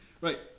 right